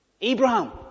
Abraham